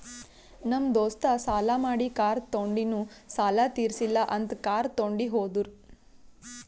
ನಮ್ ದೋಸ್ತ ಸಾಲಾ ಮಾಡಿ ಕಾರ್ ತೊಂಡಿನು ಸಾಲಾ ತಿರ್ಸಿಲ್ಲ ಅಂತ್ ಕಾರ್ ತೊಂಡಿ ಹೋದುರ್